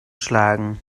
schlagen